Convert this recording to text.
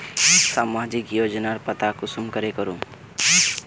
सामाजिक योजनार पता कुंसम करे करूम?